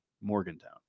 Morgantown